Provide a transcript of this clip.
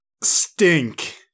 stink